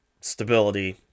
stability